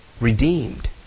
redeemed